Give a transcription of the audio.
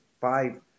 five